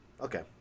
Okay